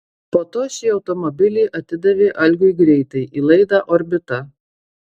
po to šį automobilį atidavė algiui greitai į laidą orbita